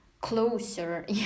closer